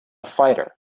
fighter